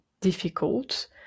difficult